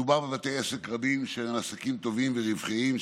מדובר בבתי עסק רבים שהם עסקים טובים ורווחיים,